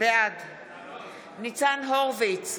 בעד ניצן הורוביץ,